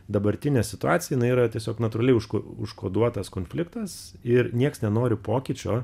dabartinė situacija jinai yra tiesiog natūraliai užk užkoduotas konfliktas ir nieks nenori pokyčio